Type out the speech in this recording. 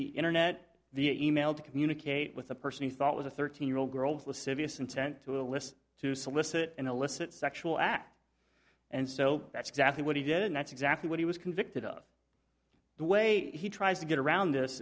the internet via e mail to communicate with a person he thought was a thirteen year old girls lascivious and sent to a list to solicit an illicit sexual act and so that's exactly what he did and that's exactly what he was convicted of the way he tries to get around this